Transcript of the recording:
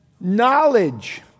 knowledge